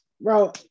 bro